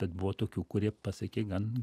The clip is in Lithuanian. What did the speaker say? bet buvo tokių kurie pasiekė gan